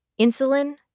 Insulin